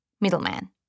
middleman